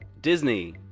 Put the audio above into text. disney!